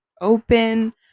open